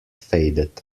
faded